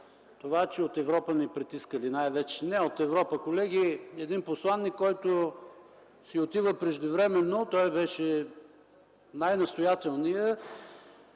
говорят, че от Европа ни притискали. Не от Европа, колеги, а един посланик, който си отива преждевременно. Той беше най-настоятелният